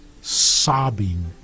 Sobbing